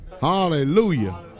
Hallelujah